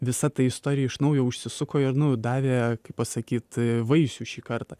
visa ta istorija iš naujo užsisuko ir nu davė kaip pasakyt vaisių šį kartą